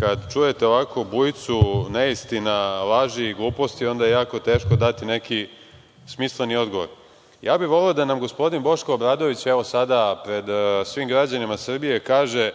kada čujete ovakvu bujicu neistina, laži i gluposti, onda je jako teško dati neki smisleni odgovor. Voleo bih da nam gospodin Boško Obradović evo sada pred svim građanima Srbije kaže